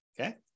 Okay